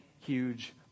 huge